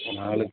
ஆ நாலு